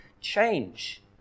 change